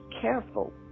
careful